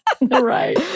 right